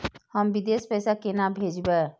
हम विदेश पैसा केना भेजबे?